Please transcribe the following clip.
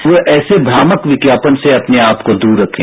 तो ऐसे भ्रामक विज्ञापन से अपने आपको दूर रखें